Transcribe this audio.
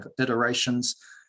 iterations